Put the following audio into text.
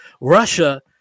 Russia